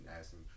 asking